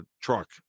truck